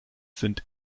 sind